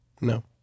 No